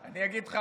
אני אגיד לך,